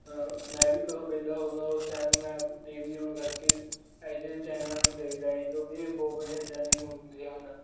ਮੈਂ ਵੀ ਕਦੋਂ ਵਿਹਲਾ ਹੁੰਦਾ ਉਸ ਟਾਈਮ ਮੈਂ ਟੀ ਵੀ ਔਨ ਕਰਕੇ ਇਹੇ ਜਿਹੇ ਚੈਨਲਾਂ ਨੂੰ ਦੇਖਦਾ ਏ ਕਿਉਂਕਿ ਇਹ ਬਹੁਤ ਵਧੀਆ ਚੈਨਲ ਹੁੰਦੇ ਹਨ